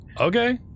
Okay